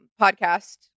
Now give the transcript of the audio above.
podcast